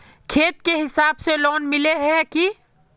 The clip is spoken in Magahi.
खेत के हिसाब से लोन मिले है की?